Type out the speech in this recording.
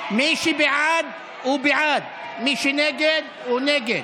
מי שבעד הוא בעד, מי שנגד הוא נגד.